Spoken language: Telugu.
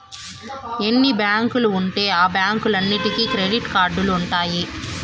ఎన్ని బ్యాంకులు ఉంటే ఆ బ్యాంకులన్నీటికి క్రెడిట్ కార్డులు ఉంటాయి